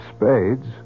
spades